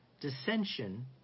dissension